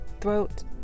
throat